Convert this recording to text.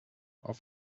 auf